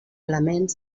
elements